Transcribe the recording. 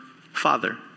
Father